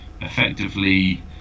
effectively